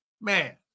man